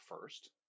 first